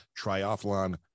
triathlon